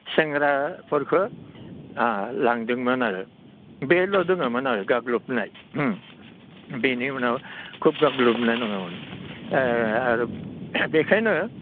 सेंग्राफोरखौ लांदोंमोन आरो बेल' दङमोन आरो गाग्लोबनाय बेनि उनाव खोब गाग्लोबनाय नङामोन आरो बेखायनो